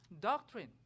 doctrine